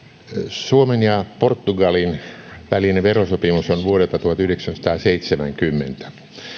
suomen ja portugalin välinen verosopimus on vuodelta tuhatyhdeksänsataaseitsemänkymmentä